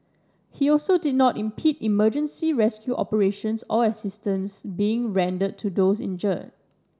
he also did not impede emergency rescue operations or assistance being rendered to those injured